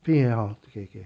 肺炎 ah okay K